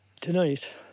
tonight